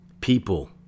people